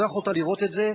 לא יכולת לראות את זה,